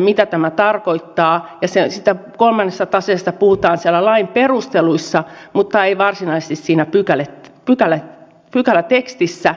mitä tämä tarkoittaa ja siitä kolmannesta taseesta puhutaan siellä lain perusteluissa mutta ei varsinaisesti pykälätekstissä